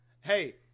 Hey